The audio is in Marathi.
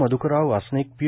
मध्करराव वासनिक पी